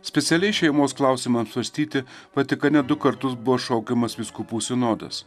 specialiai šeimos klausimą apsvarstyti vatikane du kartus buvo šaukiamas vyskupų sinodas